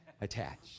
attached